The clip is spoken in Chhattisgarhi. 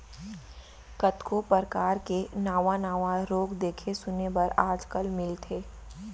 कतको परकार के नावा नावा रोग देखे सुने बर आज काल मिलथे